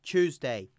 Tuesday